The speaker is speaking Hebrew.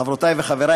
חברותי וחברי,